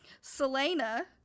Selena